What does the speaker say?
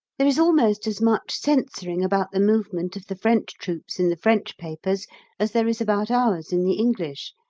there is almost as much censoring about the movement of the french troops in the french papers as there is about ours in the english,